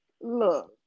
look